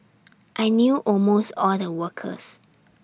I knew almost all the workers